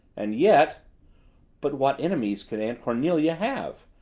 and yet but what enemies can aunt cornelia have?